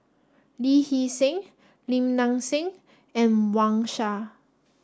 Lee Hee Seng Lim Nang Seng and Wang Sha